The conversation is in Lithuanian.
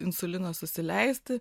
insulino susileisti